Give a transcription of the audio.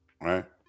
right